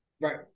Right